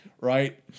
right